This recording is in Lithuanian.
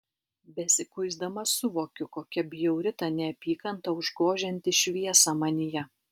besikuisdama suvokiu kokia bjauri ta neapykanta užgožianti šviesą manyje